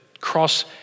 cross